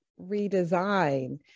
redesign